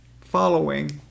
following